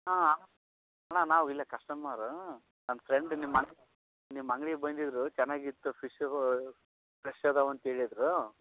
ಹಾಂ ಅಣ್ಣ ನಾವು ಇಲ್ಲೇ ಕಸ್ಟಮರ ನಮ್ಮ ಫ್ರೆಂಡ್ ನಿಮ್ಮ ನಿಮ್ಮ ಅಂಗ್ಡಿಗೆ ಬಂದಿದ್ದರು ಚೆನ್ನಾಗಿತ್ತು ಫಿಶ್ಶು ಫ್ರೆಶ್ ಅದಾವು ಅಂತ್ಹೇಳಿದರು